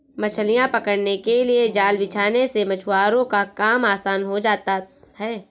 मछलियां पकड़ने के लिए जाल बिछाने से मछुआरों का काम आसान हो जाता है